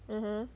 mmhmm